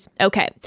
Okay